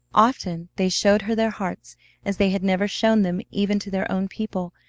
often they showed her their hearts as they had never shown them even to their own people,